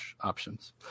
options